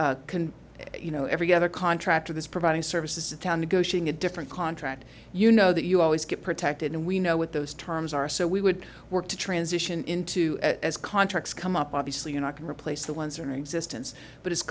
can you know every other contractor this providing services in town negotiating a different contract you know that you always get protected and we know what those terms are so we would work to transition into as contracts come up obviously you're not going replace the ones or existence but